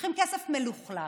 לוקחים כסף מלוכלך,